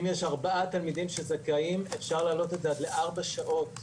אם יש ארבעה תלמידים שזכאים אפשר להעלות את זה עד לארבע שעות.